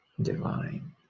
Divine